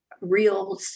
real